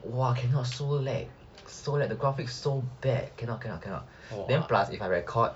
!wah! cannot so lag so lag the graphics so bad cannot cannot cannot then plus if I record